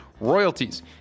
royalties